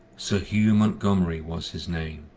sir hugh montgomery was his name,